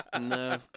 No